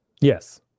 yes